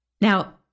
Now